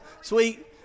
sweet